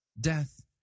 Death